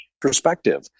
perspective